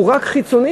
הוא רק חיצוני.